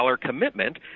commitment